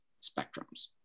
spectrums